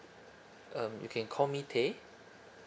um you can call me teh